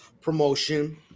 promotion